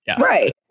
Right